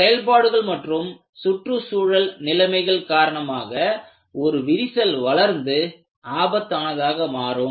செயல்பாடுகள் மற்றும் சுற்றுச்சூழல் நிலைமைகள் காரணமாக ஒரு விரிசல் வளர்ந்து ஆபத்தானதாக மாறும்